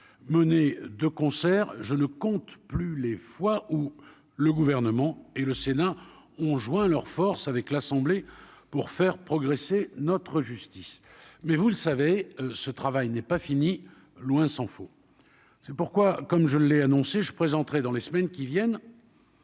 menée de concert, je ne compte plus les fois où le gouvernement et le sénat ont joint leurs forces avec l'Assemblée pour faire progresser notre justice mais vous le savez, ce travail n'est pas fini, loin s'en faut, c'est pourquoi, comme je l'ai annoncé je présenterai dans les semaines qui viennent.